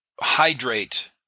hydrate